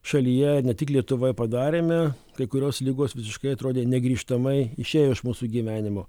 šalyje ne tik lietuvoj padarėme kai kurios ligos visiškai atrodė negrįžtamai išėjo iš mūsų gyvenimo